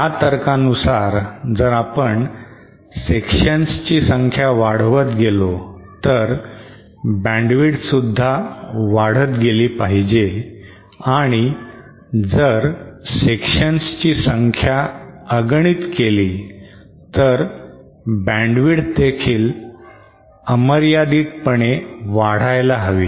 या तर्कानुसार जर आपण सेक्शन्स ची संख्या वाढवत गेलो तर बॅण्डविड्थ सुद्धा वाढत गेली पाहिजे आणि जर सेक्शन्स ची संख्या अगणित केली तर बॅन्डविड्थ देखील अमर्यादितपणे वाढायला हवी